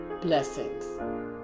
blessings